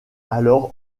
alors